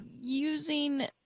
using